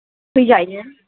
फैजायो